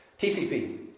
TCP